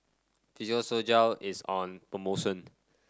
Physiogel is on promotion